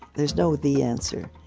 there's no the answer.